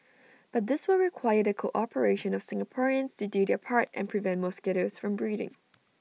but this will require the cooperation of Singaporeans to do their part and prevent mosquitoes from breeding